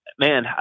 Man